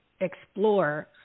explore